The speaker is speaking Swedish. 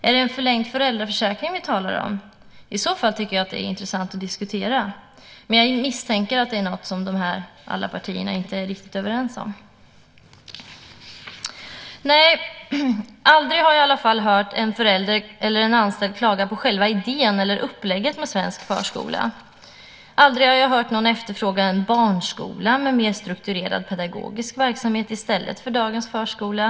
Är det en förlängd föräldraförsäkring vi talar om? I så fall tycker jag att det är intressant att diskutera frågan. Jag misstänker dock att det är något som alla partierna inte är riktigt överens om. Aldrig har jag i alla fall hört en förälder eller en anställd klaga på själva idén eller upplägget med svensk förskola. Aldrig har jag hört någon efterfråga en barnskola med mer strukturerad pedagogisk verksamhet i stället för dagens förskola.